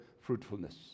fruitfulness